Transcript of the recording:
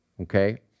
Okay